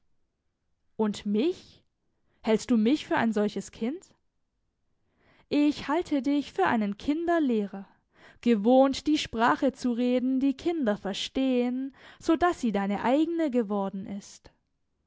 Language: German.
und mich hältst du mich für ein solches kind ich halte dich für einen kinderlehrer gewohnt die sprache zu reden die kinder verstehen so daß sie deine eigene geworben ist